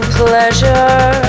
pleasure